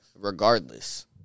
Regardless